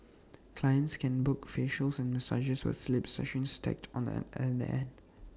clients can book facials and massages with sleep sessions tacked on at the end